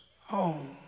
home